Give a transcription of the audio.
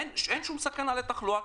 אין שום סכנה לתחלואה.